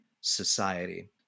society